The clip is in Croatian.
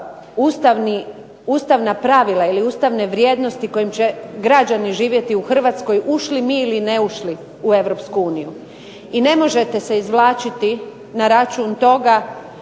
ustavna pravila ili ustavne vrijednosti kojim će građani živjeti u Hrvatskoj ušli mi ili ne ušli u Europsku uniju. I ne možete se izvlačiti na račun toga